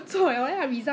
they told me they